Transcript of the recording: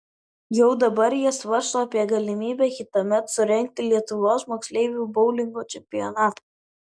jau dabar jie svarsto apie galimybę kitąmet surengti lietuvos moksleivių boulingo čempionatą